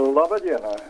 laba diena